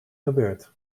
gebeurt